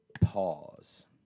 Pause